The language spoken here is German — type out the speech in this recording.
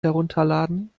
herunterladen